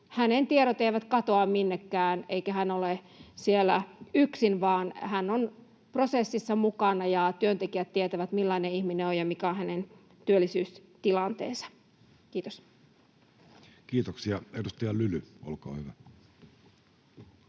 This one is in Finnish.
on, tiedot eivät katoa minnekään eikä hän ole siellä yksin, vaan hän on prosessissa mukana ja työntekijät tietävät, millainen ihminen on ja mikä on hänen työllisyystilanteensa. — Kiitos. [Speech 50] Speaker: